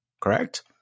Correct